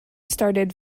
started